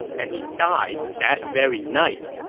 and he died that very night.